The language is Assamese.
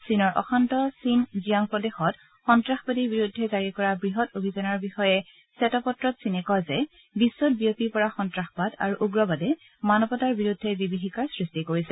চীনৰ অশান্ত চীন জিয়াং প্ৰদেশত সন্তাসবাদীৰ বিৰুদ্ধে জাৰি কৰা বৃহৎ অভিযানৰ বিষয়ে শ্বেতপত্ৰত চীনে কয় যে বিশ্বত বিয়পি পৰা সন্তাসবাদ আৰু উগ্ৰবাদে মানৱতাৰ বিৰুদ্ধে বিভীষিকাৰ সৃষ্টি কৰিছে